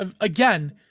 again